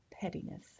pettiness